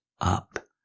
up